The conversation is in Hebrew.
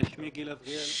שמי גיל אבריאל.